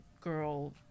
girl